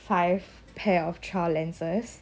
five pair of trial lenses